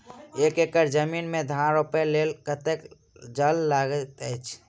एक एकड़ जमीन मे धान रोपय लेल कतेक जल लागति अछि?